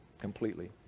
completely